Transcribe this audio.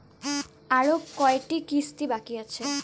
আরো কয়টা কিস্তি বাকি আছে?